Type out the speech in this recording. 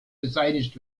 beseitigt